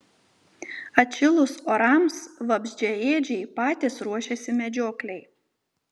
atšilus orams vabzdžiaėdžiai patys ruošiasi medžioklei